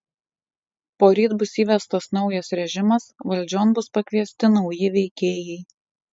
poryt bus įvestas naujas režimas valdžion bus pakviesti nauji veikėjai